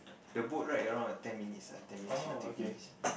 the boat ride around ten minutes ten minutes fifteen minutes